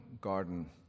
garden